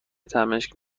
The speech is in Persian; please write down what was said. تمشک